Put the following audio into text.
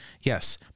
Yes